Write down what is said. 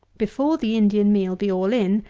before the indian meal be all in,